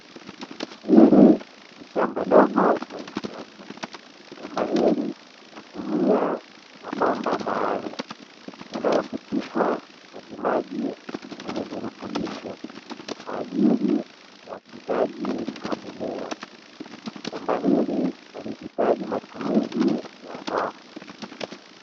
Hili ni shamba dogo la kisasa. Shamba hili hutumia mabomba maalumu, yanayopitisha majimaji yenye virutubisho kwa ajili ya ukuzaji wa mimea. Shamba hili halihitaji matumizi ya udongo.